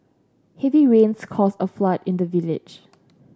heavy rains caused a flood in the village